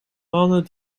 mannen